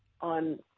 on